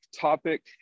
topic